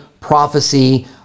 prophecy